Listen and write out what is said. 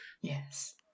Yes